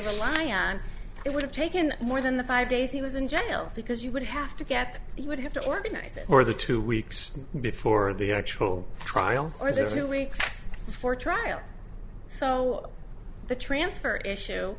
rely on it would have taken more than the five days he was in jail because you would have to get he would have to organize it for the two weeks before the actual trial or the weeks before trial so the transfer issue